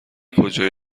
کجا